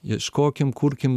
ieškokim kurkim